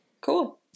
Cool